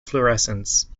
fluorescence